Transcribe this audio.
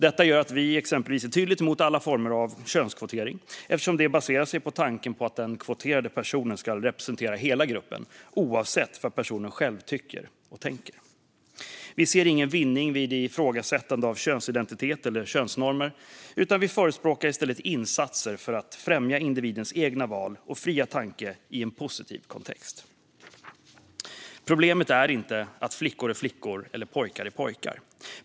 Detta gör att vi exempelvis är tydligt emot alla former av könskvotering eftersom det baserar sig på tanken att den kvoterade personen ska representera hela gruppen, oavsett vad personen själv tycker och tänker. Vi ser ingen vinning i ifrågasättande av könsidentitet eller könsnormer, utan vi förespråkar i stället insatser för att främja individens egna val och fria tanke i en positiv kontext. Problemet är inte att flickor är flickor eller pojkar är pojkar.